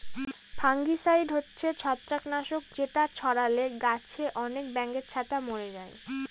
fungicide হচ্ছে ছত্রাক নাশক যেটা ছড়ালে গাছে আনেক ব্যাঙের ছাতা মোরে যায়